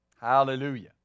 Hallelujah